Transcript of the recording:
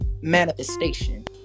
manifestation